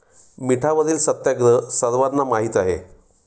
मिठावरील सत्याग्रह सर्वांना माहीत आहे